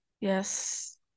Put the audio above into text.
Yes